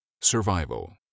Survival